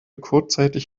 kurzzeitig